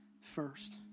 first